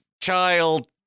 child